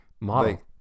Model